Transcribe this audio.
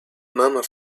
murmur